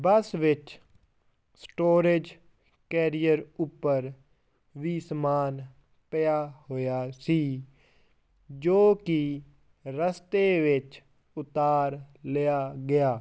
ਬੱਸ ਵਿੱਚ storage carrier ਉੱਪਰ ਵੀ ਸਮਾਨ ਪਿਆ ਹੋਇਆ ਸੀ ਜੋ ਕਿ ਰਸਤੇ ਵਿੱਚ ਉਤਾਰ ਲਿਆ ਗਿਆ